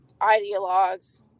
ideologues